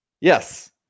Yes